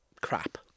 crap